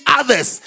others